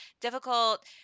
difficult